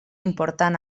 important